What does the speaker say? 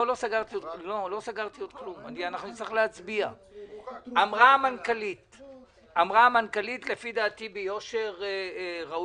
אנחנו נותנים כלי בידי האזרח מול הקרן.